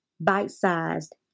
bite-sized